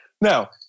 Now